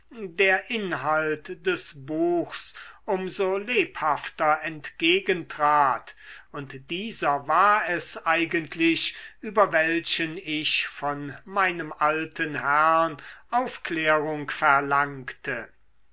der inhalt des buchs um so lebhafter entgegentrat und dieser war es eigentlich über welchen ich von meinem alten herrn aufklärung verlangte